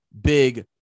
big